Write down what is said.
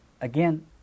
again